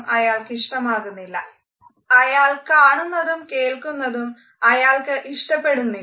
അയാൾ കാണുന്നതും കേൾക്കുന്നതും അയാൾക്ക് ഇഷ്ടമാകുന്നില്ല